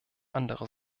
andere